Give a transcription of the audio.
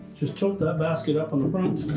just took that basket up in the front,